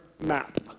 map